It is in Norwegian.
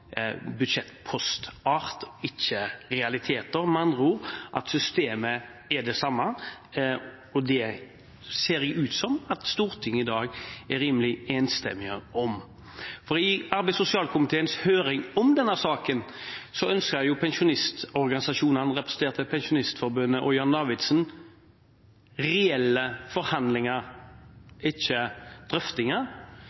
ikke realiteter – med andre ord at systemet er det samme. Og det ser det ut til at Stortinget i dag er rimelig enstemmig om. I arbeids- og sosialkomiteens høring om denne saken ønsket pensjonistorganisasjonene, representert av Pensjonistforbundet og Jan Davidsen, reelle forhandlinger,